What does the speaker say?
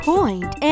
Point